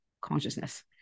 consciousness